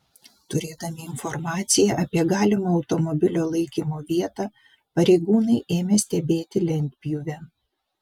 turėdami informaciją apie galimą automobilio laikymo vietą pareigūnai ėmė stebėti lentpjūvę